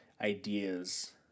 ideas